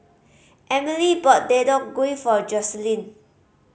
Emilie bought Deodeok Gui for Jocelyn